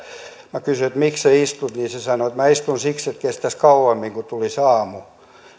minä kysyn miksi sinä istut niin hän sanoo että minä istun siksi että kestäisi kauemmin että tulisi aamu